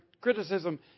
criticism